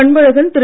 Anbazhagan Thiru